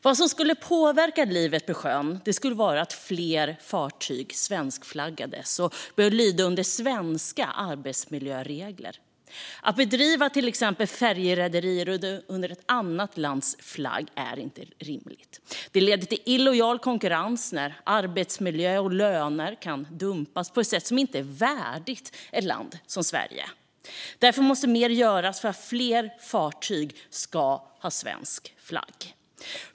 Vad som skulle påverka livet på sjön skulle vara om fler fartyg svenskflaggades och började lyda under svenska arbetsmiljöregler. Att driva till exempel ett färjerederi under ett annat lands flagg är inte rimligt. Det leder till illojal konkurrens när arbetsmiljö och löner kan dumpas på ett sätt som inte är värdigt ett land som Sverige. Därför måste mer göras för att fler fartyg ska ha svensk flagg.